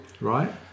Right